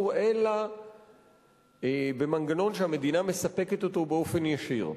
אלא במנגנון שהמדינה מספקת אותו באופן ישיר.